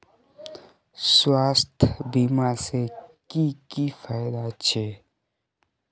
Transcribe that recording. स्वास्थ्य बीमा से की की फायदा छे?